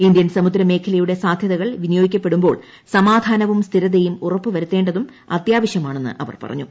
Indian സമുദ്രമേഖലയുടെ സാധ്യതകൾ വിനിയോഗിക്കപ്പെടുമ്പോൾ സമാധാനവും സ്ഥിരതയും ഉറപ്പുവരുത്തേണ്ടതും അത്യാവശ്യമാണെന്ന് അവർ പറഞ്ഞു